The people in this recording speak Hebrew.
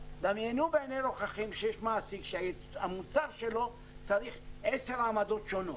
דמיינו בעיני רוחכם שיש מעסיק שהמוצר שלו צריך עשר עמדות שונות,